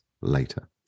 later